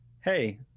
hey